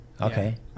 Okay